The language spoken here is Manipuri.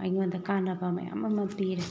ꯑꯩꯉꯣꯟꯗ ꯀꯥꯟꯅꯕ ꯃꯌꯥꯝ ꯑꯃ ꯄꯤꯔꯦ